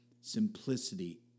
simplicity